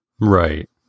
Right